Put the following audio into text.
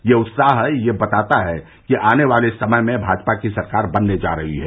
यह उत्साह यह बता रहा है कि आने वाले समय में भाजपा की सरकार बनने जा रही है